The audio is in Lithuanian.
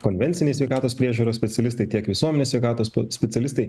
konvenciniai sveikatos priežiūros specialistai tiek visuomenės sveikatos specialistai